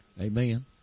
Amen